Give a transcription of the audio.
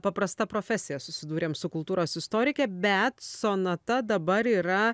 paprasta profesija susidūrėm su kultūros istorike bet sonata dabar yra